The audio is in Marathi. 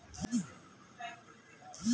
मले शिकायले कर्ज घ्याच असन तर कुठ अर्ज करा लागन?